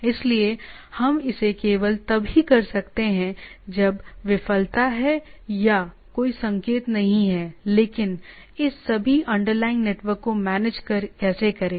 इसलिए हम इसे केवल तब ही कर सकते हैं जब विफलता है या कोई संकेत नहीं है लेकिन इस सभी अंडरलाइनग नेटवर्क को मैनेज कैसे करें